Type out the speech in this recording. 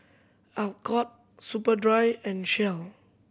Alcott Superdry and Shell